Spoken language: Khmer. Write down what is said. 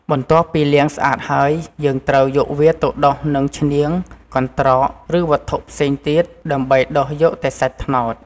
បន្ទាប់ពីលាងស្អាតហើយ យើងត្រូវយកវាទៅដុសនឹង ឈ្នៀង កន្រ្តង ឬវត្ថុផ្សេងទៀត ដើម្បីដុសយកតែសាច់ត្នោត។